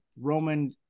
Roman